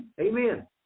Amen